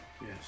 yes